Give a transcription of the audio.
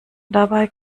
dabei